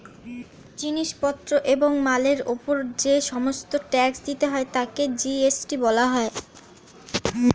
জিনিস পত্র এবং মালের উপর যে সমস্ত ট্যাক্স দিতে হয় তাকে জি.এস.টি বলা হয়